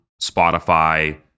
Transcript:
Spotify